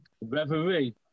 Reverie